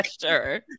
Sure